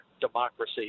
democracy